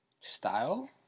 Style